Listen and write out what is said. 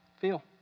feel